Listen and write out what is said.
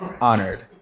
honored